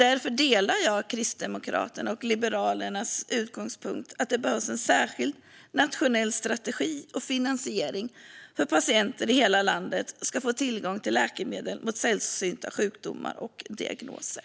Därför delar jag Kristdemokraternas och Liberalernas utgångspunkt att det behövs en särskild nationell strategi och finansiering för att patienter i hela landet ska få tillgång till läkemedel vid sällsynta sjukdomar och diagnoser.